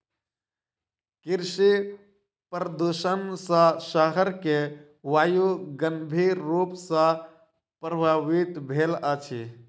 कृषि प्रदुषण सॅ शहर के वायु गंभीर रूप सॅ प्रभवित भेल अछि